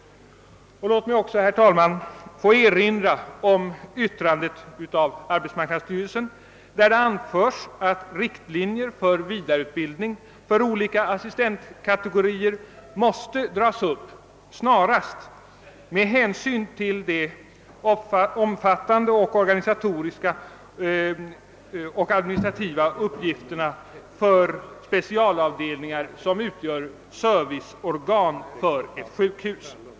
Låt mig också, herr talman, få erinra om yttrandet av arbetsmarknadsstyrelsen, som anför att riktlinjer för vidareutbildning av olika assistentkategorier måste dras upp snarast med hänsyn till de omfattande organisatoriska och administrativa uppgifterna för specialavdelningar, som utgör serviceorgan för ett sjukhus.